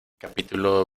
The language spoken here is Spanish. capítulo